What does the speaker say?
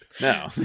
No